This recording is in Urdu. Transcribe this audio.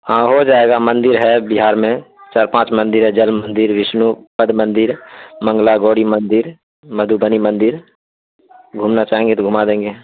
ہاں ہو جائے گا مندر ہے بہار میں چار پانچ مندر ہے جل مندر وشنو پد مندر منگلہ گوری مندر مدھوبنی مندر گھومنا چاہیں گے تو گھما دیں گے